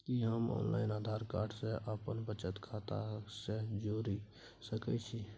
कि हम online Aadhaar card के अपन बचत खाता से जोरि सकै छी?